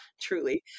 truly